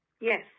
Yes